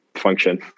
function